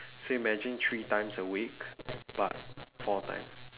so you imagine three times a week but four times